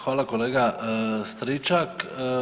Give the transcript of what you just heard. Hvala kolega Stričak.